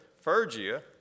Phrygia